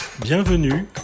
Bienvenue